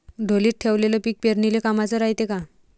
ढोलीत ठेवलेलं पीक पेरनीले कामाचं रायते का?